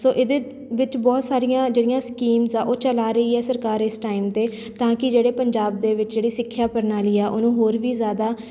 ਸੋ ਇਹਦੇ ਵਿੱਚ ਬਹੁਤ ਸਾਰੀਆਂ ਜਿਹੜੀਆਂ ਸਕੀਮਸ ਆ ਉਹ ਚਲਾ ਰਹੀ ਹੈ ਸਰਕਾਰ ਇਸ ਟਾਈਮ 'ਤੇ ਤਾਂ ਕਿ ਜਿਹੜੇ ਪੰਜਾਬ ਦੇ ਵਿੱਚ ਜਿਹੜੀ ਸਿੱਖਿਆ ਪ੍ਰਣਾਲੀ ਆ ਉਹਨੂੰ ਹੋਰ ਵੀ ਜ਼ਿਆਦਾ